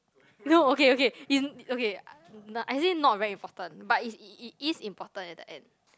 no okay okay in okay I think not very important but it's it is important at the end